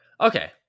Okay